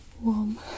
warm